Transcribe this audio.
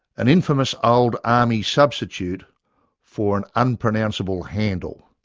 an infamous old army substitute for an unpronounceable handle.